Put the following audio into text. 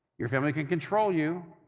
your family can control you,